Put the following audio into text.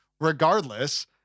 regardless